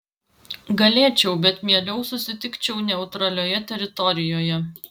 galėčiau bet mieliau susitikčiau neutralioje teritorijoje